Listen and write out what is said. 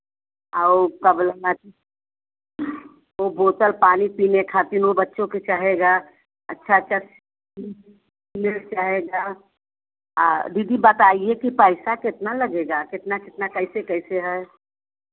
और का बोला ला कि वो बोतल पानी पीने खातिन वह बच्चों को चाहेगा अच्छा अच्छा मिल चाहेगा दीदी बताइए कि पैसा कितना लगेगा कितना कितना कैसे कैसे है